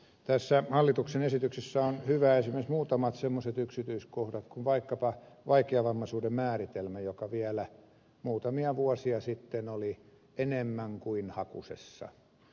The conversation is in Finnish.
tässä hallituksen esityksessä on hyvää esimerkiksi muutamat semmoiset yksityiskohdat kuin vaikkapa vaikeavammaisuuden määritelmä joka vielä muutamia vuosia sitten oli enemmän kuin hakusessa